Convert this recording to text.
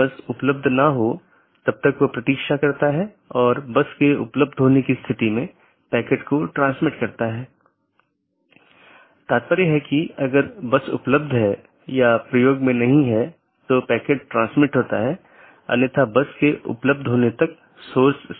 BGP के संबंध में मार्ग रूट और रास्ते पाथ एक रूट गंतव्य के लिए पथ का वर्णन करने वाले विशेषताओं के संग्रह के साथ एक गंतव्य NLRI प्रारूप द्वारा निर्दिष्ट गंतव्य को जोड़ता है